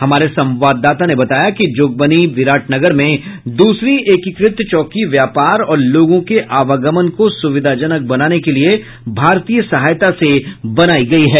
हमारे संवाददाता ने बताया कि जोगबनी बिराटनगर में दूसरी एकीकृत चौकी व्यापार और लोगों के आवागमन को सुविधाजनक बनाने के लिए भारतीय सहायता से बनाई गई है